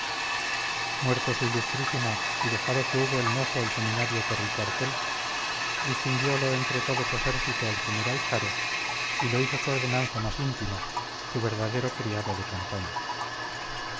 muerto su ilustrísima y dejado que hubo el mozo el seminario por el cuartel distinguiólo entre todo su ejercito el general caro y lo hizo su ordenanza más íntimo su verdadero criado de campaña